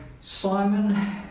Simon